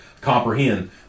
comprehend